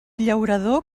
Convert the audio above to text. llaurador